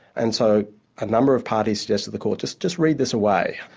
and so a number of parties suggested the court just just read this away.